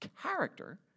character